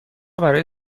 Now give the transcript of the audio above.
برای